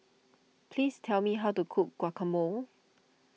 please tell me how to cook Guacamole